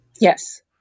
Yes